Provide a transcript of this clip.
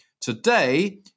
Today